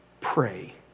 pray